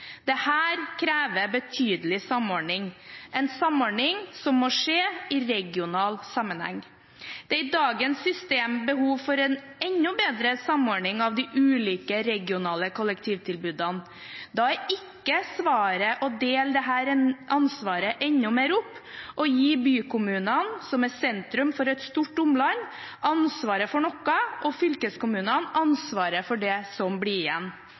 krever betydelig samordning, en samordning som må skje i regional sammenheng. Det er i dagens system behov for en enda bedre samordning av de ulike regionale kollektivtilbudene. Da er ikke svaret å dele dette ansvaret enda mer opp og gi bykommunene, som er sentrum for et stort omland, ansvaret for noe, og fylkeskommunene ansvaret for det som blir igjen.